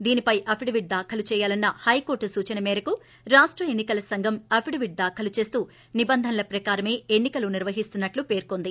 దీనిపై అఫిడవిట్ దాఖలు చేయాలన్న హైకోర్లు సూచన మేరకు రాష్ట ఎన్నికల సంఘం అఫిడవిట్ దాఖలు చేస్తూ నిబంధనల ప్రకారమే ఎన్ని కలు నిర్వహిస్తున్నట్లు పేర్కొంది